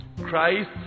Christ